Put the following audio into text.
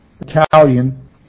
Italian